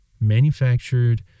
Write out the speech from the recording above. manufactured